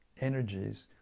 energies